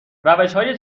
روشهای